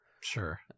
Sure